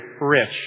rich